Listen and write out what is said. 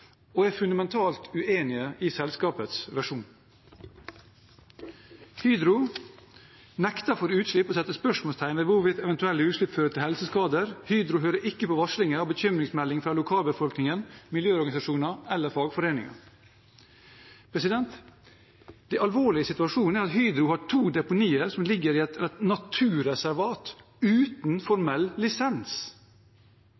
og er fundamentalt uenig i selskapets versjon. Hydro nekter for utslipp og setter spørsmålstegn ved hvorvidt eventuelle utslipp fører til helseskader. Hydro hører ikke på varslinger og bekymringsmeldinger fra lokalbefolkningen, miljøorganisasjoner eller fagforeninger. Det alvorlige i situasjonen er at Hydro har to deponier som ligger i et naturreservat – uten